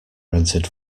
rented